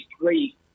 three